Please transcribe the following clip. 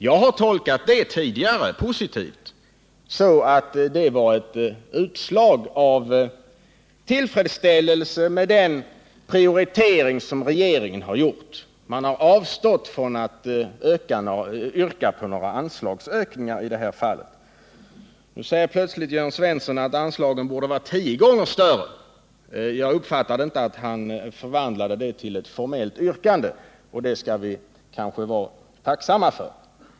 Det har jag tidigare tolkat som positivt och som ett utslag av tillfredsställelse med den prioritering som regeringen har gjort. Man har avstått från att yrka på anslagsökning i detta fall. Nu säger Jörn Svensson plötsligt att anslagen borde vara tio gånger större. Jag uppfattade inte att han förvandlade detta uttalande till ett formellt yrkande, och det skall vi kanske vara tacksamma för.